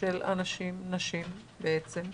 של נשים שנקבל אותה.